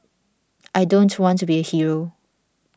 I don't want to be a hero